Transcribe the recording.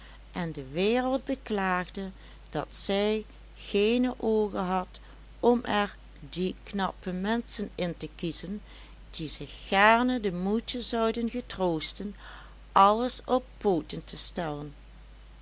en de wereld beklaagde dat zij geene oogen had om er die knappe menschen in te kiezen die zich gaarne de moeite zouden getroosten alles op pooten te stellen